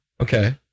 Okay